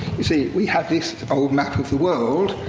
you see, we have this old map of the world,